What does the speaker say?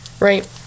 right